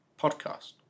Podcast